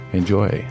enjoy